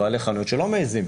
בעלי חנויות שלא מעזים.